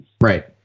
Right